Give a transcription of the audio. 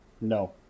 No